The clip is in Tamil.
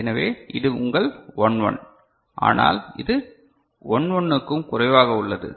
எனவே இது உங்கள் 11 ஆனால் இது 11 க்கும் குறைவாக உள்ளது